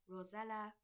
Rosella